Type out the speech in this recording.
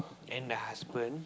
and the husband